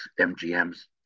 MGM's